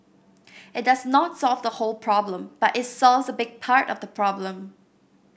it does not solve the whole problem but it solves a big part of the problem